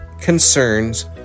concerns